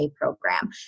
program